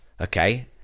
Okay